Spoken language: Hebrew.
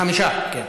חמישה, כן.